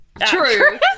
true